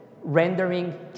rendering